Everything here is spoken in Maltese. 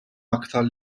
aktar